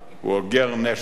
הוא אוגר נשק